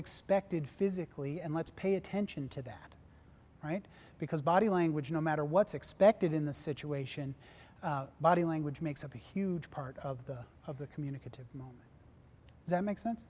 expected physically and let's pay attention to that right because body language no matter what's expected in the situation body language makes up a huge part of the of the communicative moment that makes sense